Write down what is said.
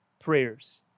prayers